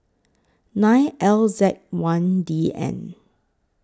nine L Z one D N